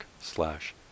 slash